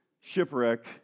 shipwreck